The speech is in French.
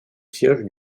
siège